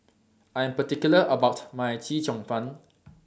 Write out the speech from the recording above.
I Am particular about My Chee Cheong Fun